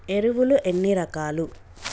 ఎరువులు ఎన్ని రకాలు?